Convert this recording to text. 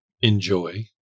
Enjoy